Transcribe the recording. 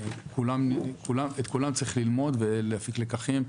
את כולם צריך ללמוד ולהפיק לקחים,